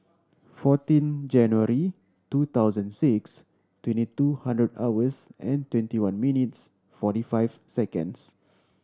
fourteen January two thousand six twenty two hundred hours and twenty one minutes forty five seconds